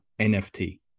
NFT